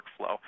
workflow